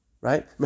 right